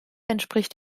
entspricht